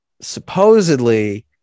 supposedly